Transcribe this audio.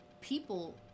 people